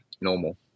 normal